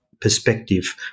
Perspective